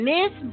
Miss